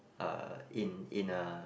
uh in in a